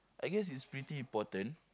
I guess it's pretty important